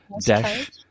dash